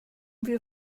wir